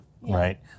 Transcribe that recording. right